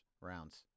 rounds